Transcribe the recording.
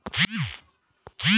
खेती के रोग निवारण उपचार का होला?